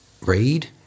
read